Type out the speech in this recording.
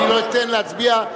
אני לא אתן להצביע,